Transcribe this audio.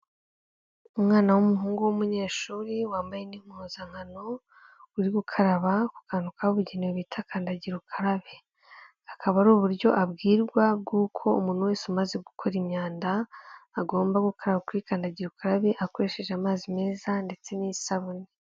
Umwana w'umuhungu w'umunyeshuri wambaye n'impuzankano, uri gukaraba kantu kabugenewe bita kandagira ukarabe. Akaba ari uburyo abwirwa bw'uko umuntu wese umaze gukora imyanda, agomba gukaraba kuri kandagira ukarabe akoresheje amazi meza ndetse n'isabune.